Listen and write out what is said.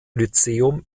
lyzeum